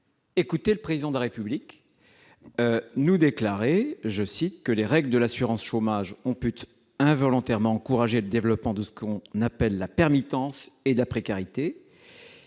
écouté le Président de la République. Celui-ci a notamment déclaré :« Les règles de l'assurance chômage ont pu involontairement encourager le développement de ce que l'on appelle la permittence et de la précarité.